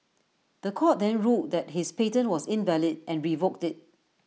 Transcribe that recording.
The Court then ruled that his patent was invalid and revoked IT